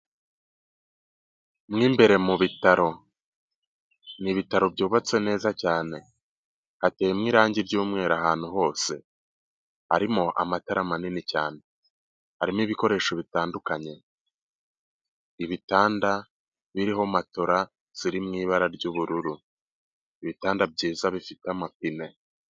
Mo imbere mu bitaro ni ibitaro byubatse neza cyane hatemo irangi ry'umweru ahantu hose harimo amatara manini cyane harimo ibikoresho bitandukanye ibitanda biriho matora ziri mu ibara ry'ubururu ibitanda byiza bifite amapine.